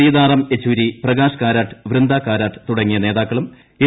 സീതാറാം യെച്ചൂരി പ്രകാശ് കാരാട്ട് വൃന്ദ കാരാട്ട് തുടങ്ങിയ നേതാക്കളും എൽ